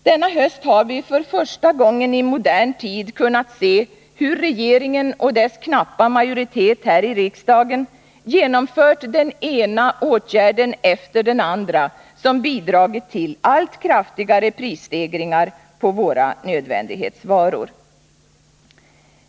Denna höst har vi för första gången i modern tid kunnat se hur regeringen och dess knappa majoritet i riksdagen genomfört den ena åtgärden efter den andra som bidragit till allt kraftigare prisstegringar på våra nödvändighetsvaror.